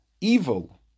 evil